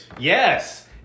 Yes